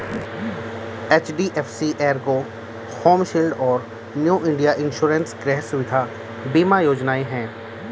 HDFC Ergo Home Shield और New India Insurance Griha Suvidha बीमा योजनाएं हैं